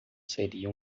seria